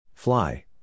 Fly